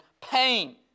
pain